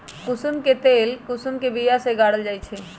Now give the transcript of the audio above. कुशुम के तेल कुशुम के बिया से गारल जाइ छइ